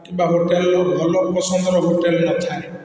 କିମ୍ବା ହୋଟେଲ ଭଲ ପସନ୍ଦର ହୋଟେଲ ନଥାଏ